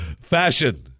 Fashion